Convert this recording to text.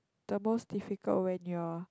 the most difficult when you are